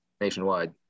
nationwide